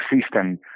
system